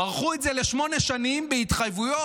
מרחו את זה לשמונה שנים בהתחייבויות,